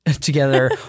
together